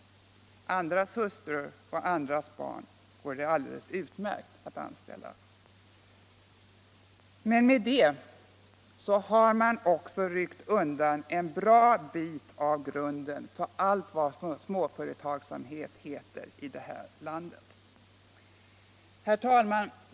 Med andras hustrur och andras barn går det däremot alldeles utmärkt. Med sådana regler har man också ryckt undan en bra bit av grunden för allt vad småföretagsamhet heter i det här landet. 53 Herr talman!